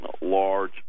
large